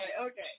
okay